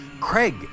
Craig